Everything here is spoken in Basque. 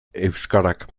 euskarak